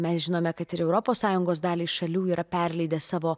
mes žinome kad ir europos sąjungos daliai šalių yra perleidęs savo